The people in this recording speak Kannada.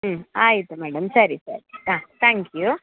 ಹ್ಞೂ ಆಯಿತು ಮೇಡಮ್ ಸರಿ ಸರಿ ಹಾಂ ತ್ಯಾಂಕ್ ಯು